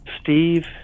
Steve